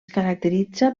caracteritza